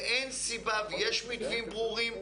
ואין סיבה ויש מתווים ברורים,